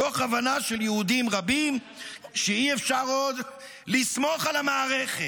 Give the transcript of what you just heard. תוך הבנה של יהודים רבים שאי-אפשר עוד לסמוך על המערכת.